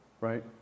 right